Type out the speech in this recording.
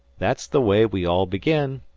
that's the way we all begin,